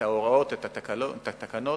ההוראות, את התקנות,